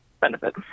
benefit